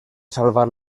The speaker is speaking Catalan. salvar